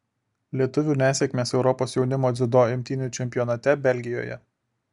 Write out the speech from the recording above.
lietuvių nesėkmės europos jaunimo dziudo imtynių čempionate belgijoje